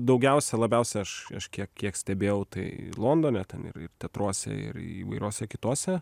daugiausia labiausia aš aš kiek kiek stebėjau tai londone ten ir ir teatruose ir įvairiose kitose